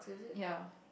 ya